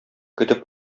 көтеп